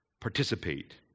Participate